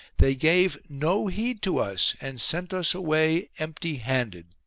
they gave no heed to us and sent us away empty-handed.